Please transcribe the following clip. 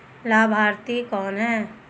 लाभार्थी कौन है?